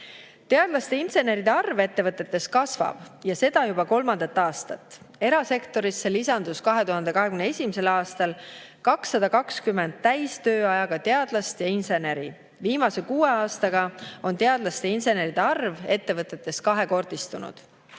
Teadlaste ja inseneride arv ettevõtetes kasvab, ja seda juba kolmandat aastat. Erasektorisse lisandus 2021. aastal 220 täistööajaga teadlast ja inseneri. Viimase kuue aastaga on teadlaste ja inseneride arv ettevõtetes kahekordistunud.